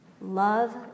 love